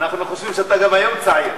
אנחנו חושבים שאתה גם היום צעיר.